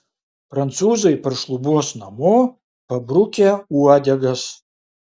prancūzai paršlubuos namo pabrukę uodegas